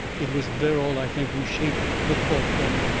it was verrall, i think, who shaped the thought for me,